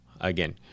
again